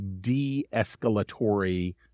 de-escalatory